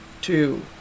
two